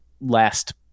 last –